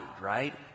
right